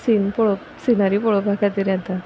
scene पळोवप scenery पळोवपा खातीर येता